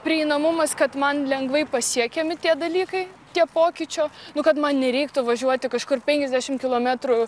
prieinamumas kad man lengvai pasiekiami tie dalykai tie pokyčio nu kad man nereiktų važiuoti kažkur penkiasdešim kilometrų